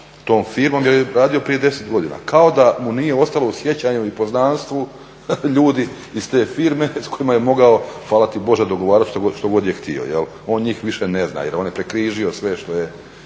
tom firmom jer je radio prije 10 godina, kao da mu nije ostalo u sjećanju i poznanstvu ljudi iz te firme s kojima je mogao hvala ti bože dogovarati što god je htio. On njih više ne zna, jer on je prekrižio sve što je